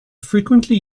frequently